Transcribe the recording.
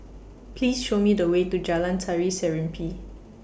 Please Show Me The Way to Jalan Tari Serimpi